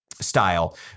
style